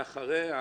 לאחריה